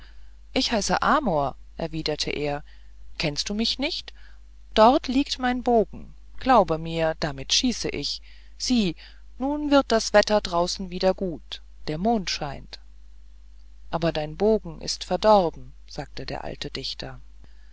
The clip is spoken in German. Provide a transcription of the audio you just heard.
ich heiße amor erwiderte er kennst du mich nicht dort liegt mein bogen glaube mir damit schieße ich sieh nun wird das wetter draußen wieder gut der mond scheint aber dein bogen ist verdorben sagte der alte dichter